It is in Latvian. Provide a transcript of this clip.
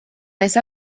mēs